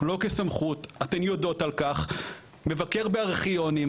כאשר הרעיון הוא שהבינה המלאכותית שקצת מושמצת